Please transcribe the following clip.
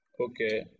Okay